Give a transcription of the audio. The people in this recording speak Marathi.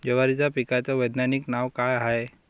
जवारीच्या पिकाचं वैधानिक नाव का हाये?